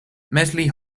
medley